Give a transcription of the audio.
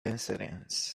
incidents